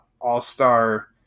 all-star